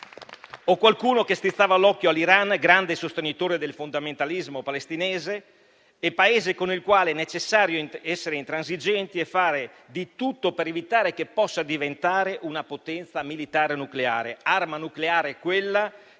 poi a chi strizzava l'occhio all'Iran, grande sostenitore del fondamentalismo palestinese e Paese con il quale è necessario essere intransigenti e fare di tutto per evitare che possa diventare una potenza militare nucleare; l'arma nucleare in mano